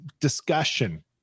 discussion